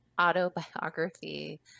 autobiography